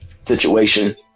situation